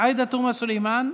עאידה תומא סלימאן,